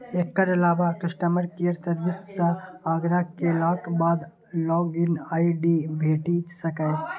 एकर अलावा customer care service सं आग्रह केलाक बाद लॉग इन आई.डी भेटि सकैए